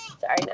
Sorry